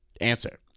answer